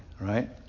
right